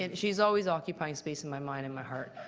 and she's always occupied space in my mind and my heart.